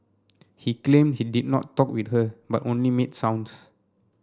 he claimed he did not talk with her but only made sounds